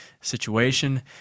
situation